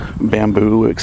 bamboo